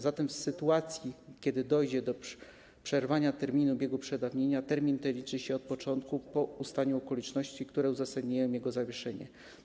Zatem w sytuacji gdy dojdzie do przerwania biegu terminu przedawnienia, termin ten liczy się od początku po ustaniu okoliczności, które uzasadniają jego zawieszenie.